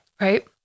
Right